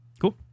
Cool